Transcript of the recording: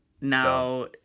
Now